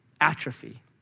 atrophy